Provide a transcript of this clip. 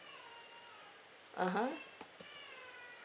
(uh huh)